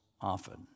often